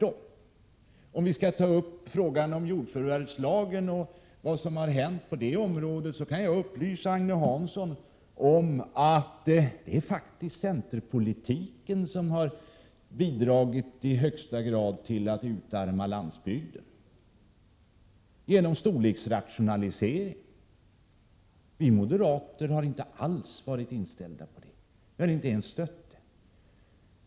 Om vi skall ta upp frågan om jordförvärvslagen och vad som har hänt på det området, kan jag upplysa Agne Hansson om att det faktiskt tvärtom är centerpolitiken som i högsta grad har bidragit till att utarma landsbygden, genom storleksrationalisering. Vi moderater har inte alls varit inställda på det — vi har inte ens stött tanken.